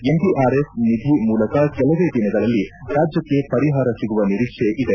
NDRF ನಿಧಿ ಮೂಲಕ ಕೆಲವೇ ದಿನಗಳಲ್ಲಿ ರಾಜ್ಯಕ್ಕೆ ಪರಿಹಾರ ಸಿಗುವ ನಿರೀಕ್ಷೆ ಇದೆ